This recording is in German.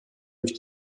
durch